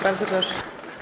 Bardzo proszę.